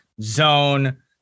zone